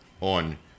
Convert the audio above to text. on